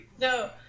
No